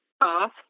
off